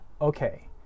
okay